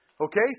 Okay